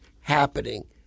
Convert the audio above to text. happening